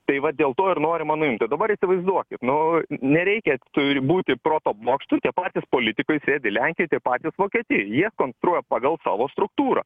tai va dėl to ir norima nuimti dabar įsivaizduokit nu nereikia turi būti proto bokštu tie patys politikai sėdi lenkijoj tie patys vokietijoj jie konstruoja pagal savo struktūrą